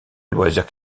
loisirs